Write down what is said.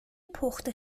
پخته